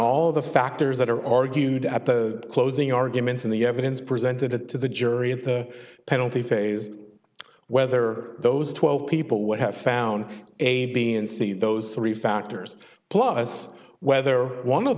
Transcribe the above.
all the factors that are argued at the closing arguments in the evidence presented it to the jury at the penalty phase whether those twelve people would have found a b and c those three factors plus whether one of